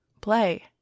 play